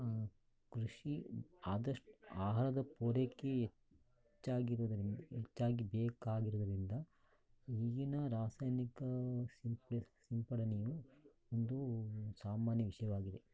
ಕೃಷಿ ಆದಷ್ಟು ಆಹಾರದ ಪೂರೈಕೆ ಹೆಚ್ಚಾಗಿರುವುದರಿಂದ ಹೆಚ್ಚಾಗಿ ಬೇಕಾಗಿರುವುದರಿಂದ ಈಗಿನ ರಾಸಾಯನಿಕ ಸಿಂಪ ಸಿಂಪಡಣೆಯು ಒಂದು ಸಾಮಾನ್ಯ ವಿಷಯವಾಗಿದೆ